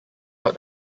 out